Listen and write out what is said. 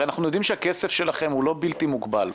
הרי אנחנו יודעים שהכסף שלכם הוא לא בלתי מוגבל.